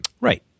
Right